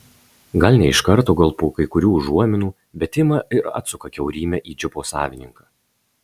gal ne iš karto gal po kai kurių užuominų bet ima ir atsuka kiaurymę į džipo savininką